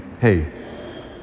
hey